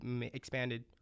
expanded